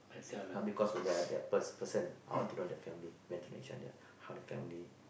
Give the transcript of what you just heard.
not because of their their that per~ person I want to know the family we have to know how the family